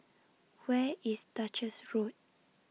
Where IS Duchess Road